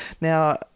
Now